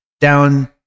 down